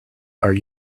are